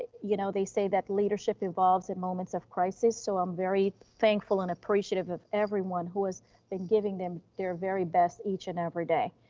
you know, they say that leadership evolves in moments of crisis. so i'm very thankful and appreciative of everyone who has been giving their very best each and every day.